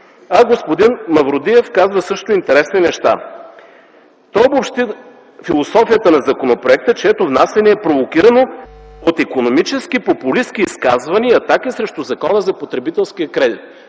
а господин Мавродиев казва също интересни неща. Той обобщи философията на законопроекта, чието внасяне е провокирано от икономически популистки изказвания и атаки срещу Закона за потребителския кредит.